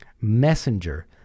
Messenger